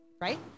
Right